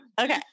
Okay